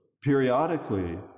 periodically